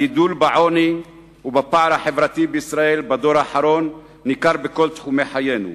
הגידול בעוני ובפער החברתי בישראל בדור האחרון ניכר בכל תחומי חיינו.